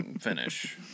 finish